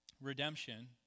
redemption